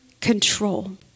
control